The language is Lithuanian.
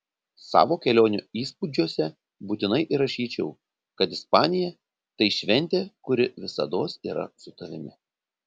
savo kelionių įspūdžiuose būtinai įrašyčiau kad ispanija tai šventė kuri visados yra su tavimi